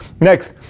Next